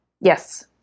Yes